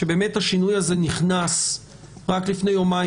שבאמת השינוי הזה נכנס רק לפני כמה ימים.